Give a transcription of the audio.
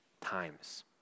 times